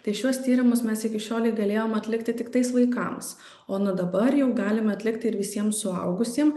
tai šiuos tyrimus mes iki šiolei galėjom atlikti tik tais vaikams o nuo dabar jau galim atlikt ir visiem suaugusiem